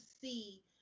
see